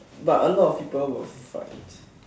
but a lot of people will fight